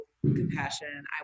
compassion